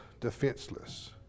defenseless